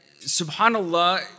SubhanAllah